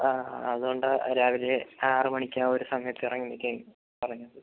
ആ അതുകൊണ്ടാണ് രാവിലെ ആറ് മണിക്ക് ആ ഒര് സമയത്ത് ഇറങ്ങി നിൽക്കാൻ പറഞ്ഞത്